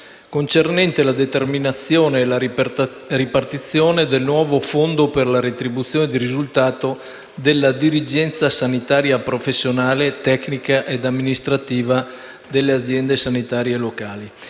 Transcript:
concernente la determinazione e la ripartizione del nuovo Fondo per la retribuzione di risultato della dirigenza sanitaria professionale, tecnica ed amministrativa delle aziende sanitarie locali.